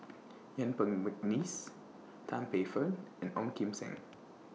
Yuen Peng Mcneice Tan Paey Fern and Ong Kim Seng